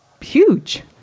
huge